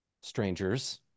strangers